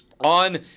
On